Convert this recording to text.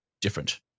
different